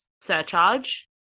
surcharge